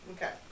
Okay